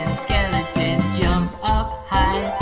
and skeleton jump up high.